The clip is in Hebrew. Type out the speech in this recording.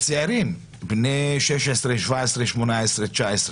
צעירים בני 16, 17, 18, 19